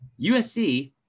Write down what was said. usc